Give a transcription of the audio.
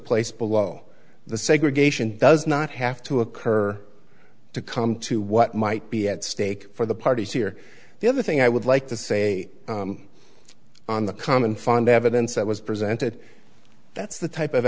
place below the segregation does not have to occur to come to what might be at stake for the parties here the other thing i would like to say on the common fund evidence that was presented that's the type of